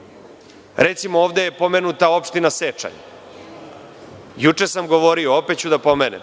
ugase. Recimo, ovde je pomenuta opština Sečanj. Juče sam govorio, opet ću da pomenem.